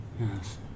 Yes